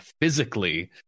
physically